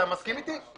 אתה מסכים איתי?